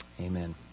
Amen